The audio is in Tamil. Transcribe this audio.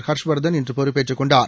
ஹாஷ்வா்தன் இன்று பொறுப்பேற்றுக் கொண்டார்